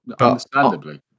understandably